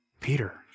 Peter